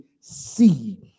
see